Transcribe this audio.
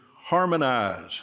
harmonize